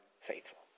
faithful